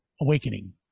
awakening